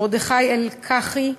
מרדכי אלקחי,